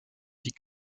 die